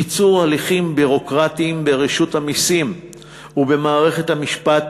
קיצור הליכים ביורוקרטיים ברשות המסים ובמערכת המשפט,